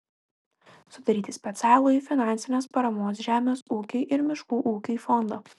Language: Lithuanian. sudaryti specialųjį finansinės paramos žemės ūkiui ir miškų ūkiui fondą